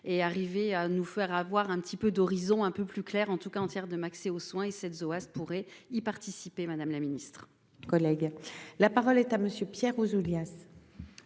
et arrivé à nous faire avoir un petit peu d'horizon un peu plus clair en tout cas entière de m'accès aux soins et cet OS pourrait y participer. Madame la Ministre. Collègues. La parole est à monsieur Pierre Ouzoulias.